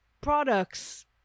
products